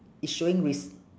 it's showing rec~